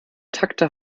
takte